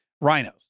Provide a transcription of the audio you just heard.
rhinos